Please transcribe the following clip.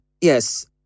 yes